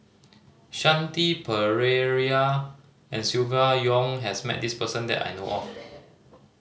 Shanti Pereira and Silvia Yong has met this person that I know of